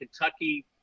Kentucky